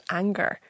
anger